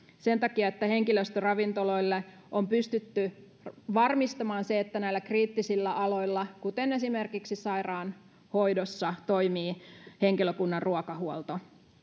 sen takia että henkilöstöravintoloilla on pystytty varmistamaan se että näillä kriittisillä aloilla kuten esimerkiksi sairaanhoidossa toimii henkilökunnan ruokahuolto